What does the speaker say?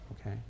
Okay